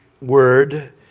word